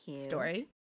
story